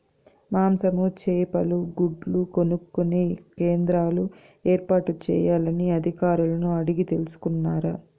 మాంసము, చేపలు, గుడ్లు కొనుక్కొనే కేంద్రాలు ఏర్పాటు చేయాలని అధికారులను అడిగి తెలుసుకున్నారా?